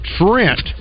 Trent